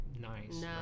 Nice